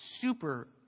super